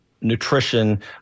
nutrition